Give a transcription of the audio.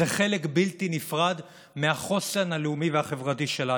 חלק בלתי נפרד מהחוסן הלאומי והחברתי שלנו.